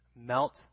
melt